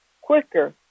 quicker